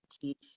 teach